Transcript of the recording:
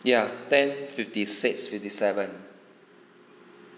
ya ten fifty six fifty seven